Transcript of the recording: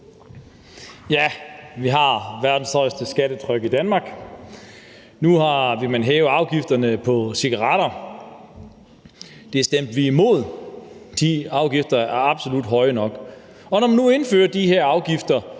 Vi har verdens højeste skattetryk i Danmark, og nu vil man hæve afgifterne på cigaretter. Det stemte vi imod, for de afgifter er absolut høje nok, og når man nu indfører de her afgifter,